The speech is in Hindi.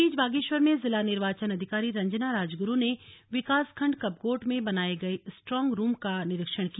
इस बीच बागेश्वर में जिला निर्वाचन अधिकारी रंजना राजगुरू ने विकासखंड कपकोट में बनाए गए स्ट्रॉग रूम का निरीक्षण किया